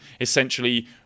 essentially